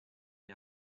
gli